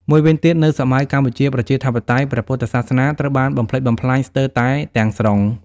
មួយវិញទៀត នៅសម័យកម្ពុជាប្រជាធិបតេយ្យ ព្រះពុទ្ធសាសនាត្រូវបានបំផ្លិចបំផ្លាញស្ទើរតែទាំង ស្រុង ។